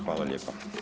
Hvala lijepa.